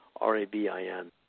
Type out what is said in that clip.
R-A-B-I-N